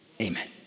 Amen